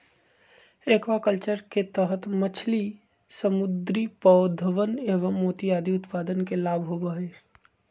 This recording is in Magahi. एक्वाकल्चर के तहद मछली, समुद्री पौधवन एवं मोती आदि उत्पादन के लाभ होबा हई